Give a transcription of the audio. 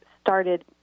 started